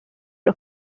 los